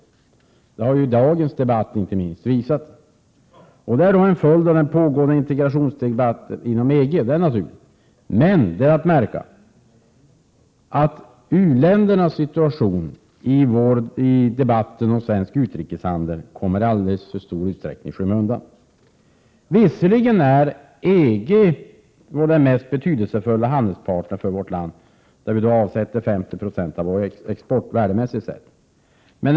1987/88:114 helt till EG-området. Det har inte minst dagens debatt visat. Det är en följd av den pågående integrationsprocessen inom EG. U-ländernas situation i debatten om svensk utrikeshandel kommer i alldeles för stor utsträckning i skymundan. Visserligen är EG den mest betydande handelspartnern för vårt land, eftersom vi där avsätter ca 50 96 av vår export, värdemässigt sett.